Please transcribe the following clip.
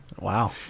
Wow